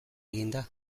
eginda